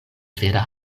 vera